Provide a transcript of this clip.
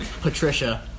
Patricia